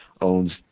owns